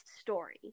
story